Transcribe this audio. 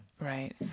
Right